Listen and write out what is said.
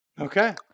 Okay